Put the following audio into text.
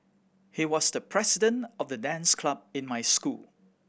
he was the president of the dance club in my school